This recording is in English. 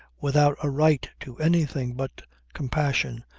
without a right to anything but compassion,